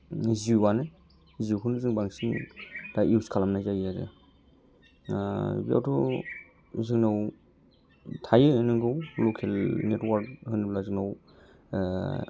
जिय'आनो जिय'खौनो जों बांसिन दा इउस खालामनाय जायो आरो बेयावथ' जोंनाव थायो नोंगौ लकेल नेटवार्क होनोब्ला जोंनाव